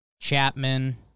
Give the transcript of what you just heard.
Chapman